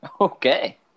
Okay